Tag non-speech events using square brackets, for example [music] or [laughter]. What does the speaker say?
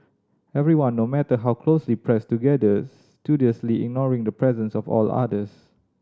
everyone no matter how closely pressed together [unintelligible] studiously ignoring the presence of all others